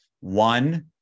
one